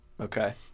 Okay